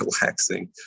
relaxing